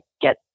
get